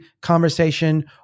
conversation